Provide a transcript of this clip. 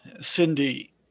Cindy